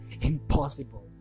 impossible